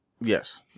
Yes